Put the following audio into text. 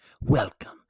Welcome